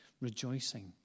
rejoicing